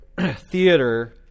theater